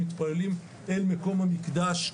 מתפללים אל מקום המקדש.